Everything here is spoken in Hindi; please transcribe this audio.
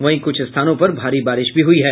वहीं कुछ स्थानों पर भारी बारिश भी हुई है